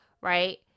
right